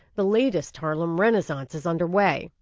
the latest harlem renaissance is underway.